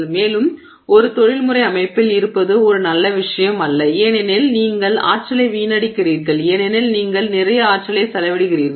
மேலும் ஒரு தொழில்துறை அமைப்பில் இருப்பது ஒரு நல்ல விஷயம் அல்ல ஏனெனில் நீங்கள் ஆற்றலை வீணடிக்கிறீர்கள் ஏனெனில் நீங்கள் நிறைய ஆற்றலை செலவிடுகிறீர்கள்